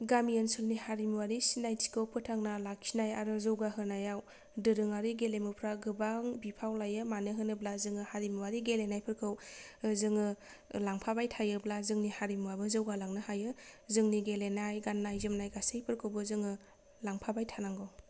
गामि ओनसोलनि हारिमुआरि सिनायथिखौ फोथांना लाखिनाय आरो जौगाहोनायाव दोरोङारि गेलेमुफोरा गोबां बिफाव लायो मानो होनोब्ला जोङो हारिमुआरि गेलेमु गेलेनायफोरखौ जोङो लांफाबाय थायोब्ला जोंनि हारिमुआबो जौगा लांनो हायो जोंनि गेलेनाय गाननाय जोमनाय गासैफोरखौबो जोङो लांफाबाय थानांगौ